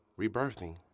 rebirthing